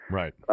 right